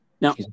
Now